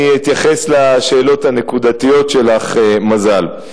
אני אתייחס לשאלות הנקודתיות שלך, מזל.